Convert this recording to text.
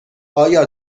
آیا